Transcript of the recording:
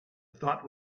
thought